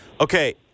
Okay